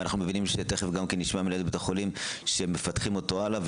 ואנחנו תיכף נשמע ממנהלת בית החולים שמפתחים אותו הלאה,